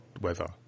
weather